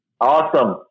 Awesome